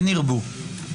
כן ירבו.